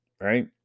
right